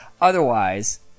Otherwise